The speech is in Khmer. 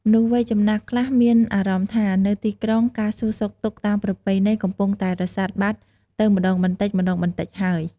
មនុស្សវ័យចំណាស់ខ្លះមានអារម្មណ៍ថា នៅទីក្រុង ការសួរសុខទុក្ខតាមប្រពៃណីកំពុងតែរសាត់បាត់ទៅម្ដងបន្តិចៗហើយ។